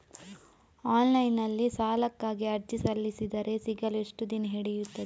Online ನಲ್ಲಿ ಸಾಲಕ್ಕಾಗಿ ಅರ್ಜಿ ಸಲ್ಲಿಸಿದರೆ ಸಿಗಲು ಎಷ್ಟು ದಿನ ಹಿಡಿಯುತ್ತದೆ?